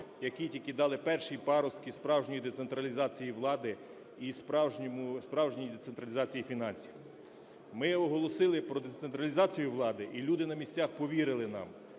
які тільки дали перші паростки справжньої децентралізації влади і справжньої децентралізації фінансів. Ми оголосили про децентралізацію влади, і люди на місцях повірили нам.